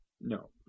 No